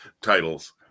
titles